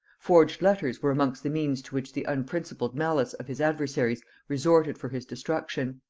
forged letters were amongst the means to which the unprincipled malice of his adversaries resorted for his destruction.